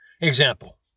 Example